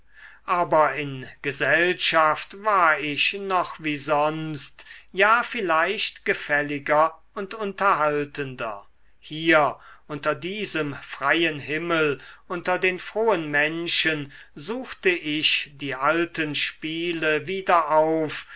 aber in gesellschaft war ich noch wie sonst ja vielleicht gefälliger und unterhaltender hier unter diesem freien himmel unter den frohen menschen suchte ich die alten spiele wieder auf